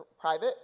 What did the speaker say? private